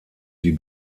die